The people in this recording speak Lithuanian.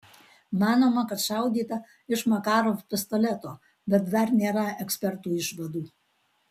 manoma kad šaudyta iš makarov pistoleto bet dar nėra ekspertų išvadų